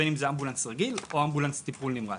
בין אם זה אמבולנס רגיל או אמבולנס טיפול נמרץ.